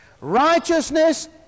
Righteousness